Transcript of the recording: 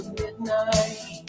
midnight